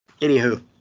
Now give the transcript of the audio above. Anywho